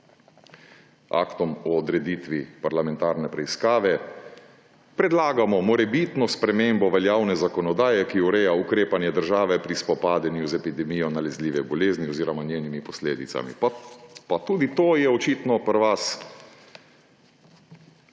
Aktom o odreditvi parlamentarne preiskave predlagamo morebitno spremembo veljavne zakonodaje, ki ureja ukrepanje države pri spopadanju z epidemijo nalezljive bolezni oziroma njenimi posledicami. Pa tudi to je očitno pri